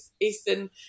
Eastern